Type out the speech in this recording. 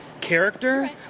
character